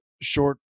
short